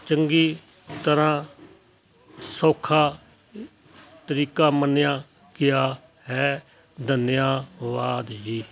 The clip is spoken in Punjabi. ਚੰਗੀ ਤਰ੍ਹਾਂ ਸੌਖਾ ਤਰੀਕਾ ਮੰਨਿਆ ਗਿਆ ਹੈ ਧੰਨਵਾਦ ਜੀ